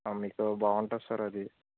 మీకు బాగుంటుంది సార్ అది